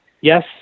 Yes